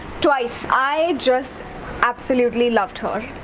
twice i just absolutely loved her!